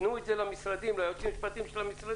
תנו את זה ליועצים המשפטיים של המשרדים,